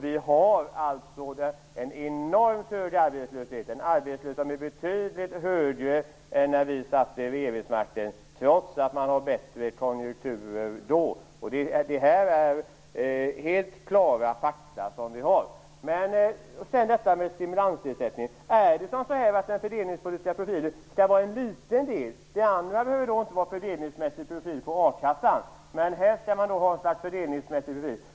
Vi har en enormt hög arbetslöshet. Den är betydligt högre än när Moderaterna hade regeringsmakten, trots att konjunkturerna nu är bättre än då. Detta är helt klara fakta. Skall den fördelningspolitiska profilen på stimulansersättningen bara vara en liten del? Behöver inte a-kassan ha en fördelningsmässig profil, när denna ersättning skall ha det?